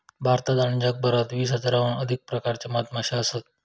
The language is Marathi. भारतात आणि जगभरात वीस हजाराहून अधिक प्रकारच्यो मधमाश्यो असत